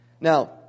Now